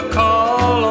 call